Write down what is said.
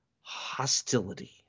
hostility